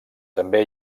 també